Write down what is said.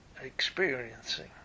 experiencing